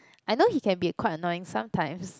I know he can be quite annoying sometimes